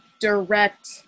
direct